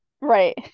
right